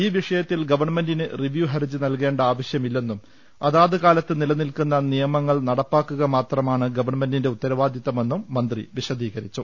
ഈ വിഷയത്തിൽ ഗവൺമെന്റിന് റിവ്യുഹർജി നൽകേണ്ട ആവശ്യമില്ലെന്നും അതാത് കാലത്ത് നിലനിൽക്കുന്ന നിയമങ്ങൾ നടപ്പാക്കുക മാത്രമാണ് ഗവൺമെന്റിന്റെ ഉത്തരവാദിത്തമെന്നും മന്ത്രി വിശദീകരിച്ചു